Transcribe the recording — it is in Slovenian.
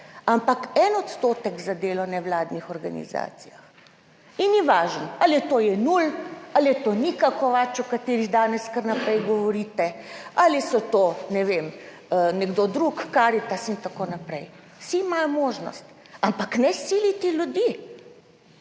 ampak 1 % za delo v nevladnih organizacijah in ni važno, ali je Janull ali je to Nika Kovač, o kateri danes kar naprej govorite ali so to, ne vem, nekdo drug, Karitas, in tako naprej, vsi imajo možnost, ampak ne siliti ljudi.